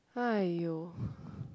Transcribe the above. !aiyo!